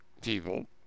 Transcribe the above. people